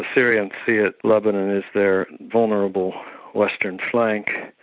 ah syrians see it, lebanon is their vulnerable western flank.